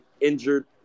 injured